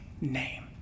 name